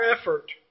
effort